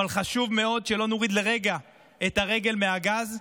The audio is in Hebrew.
אבל חשוב מאוד שלא נוריד לרגע את הרגל מהגז,